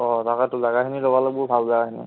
অঁ তাকেতো জাগাখিনি ল'ব লাগবু ভাল জাগাখিনি